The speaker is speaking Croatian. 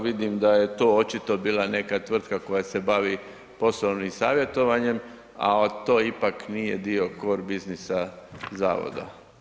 Vidim da je to očito bila neka tvrtka koja se bavi poslovnim savjetovanjem a to ipak nije dio cor busniessa zavoda.